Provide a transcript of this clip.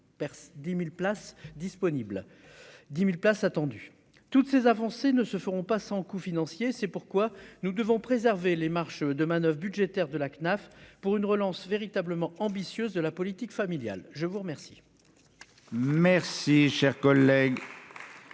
10 1000 places disponibles 10000 places attendu toutes ces avancées ne se feront pas sans coût financier, c'est pourquoi nous devons préserver les marges de manoeuvre budgétaires de la CNAF pour une relance véritablement ambitieuse de la politique familiale, je vous remercie. Merci, cher collègue.